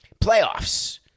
Playoffs